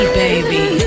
baby